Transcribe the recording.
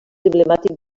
emblemàtic